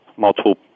multiple